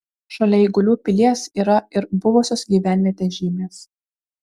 šalia eigulių pilies yra ir buvusios gyvenvietės žymės